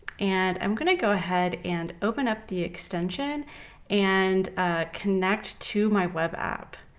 and i'm going to go ahead and open up the extension and connect to my web app.